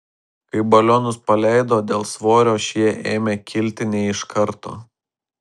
kai balionus paleido dėl svorio šie ėmė kilti ne iš karto